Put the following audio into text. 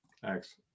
Thanks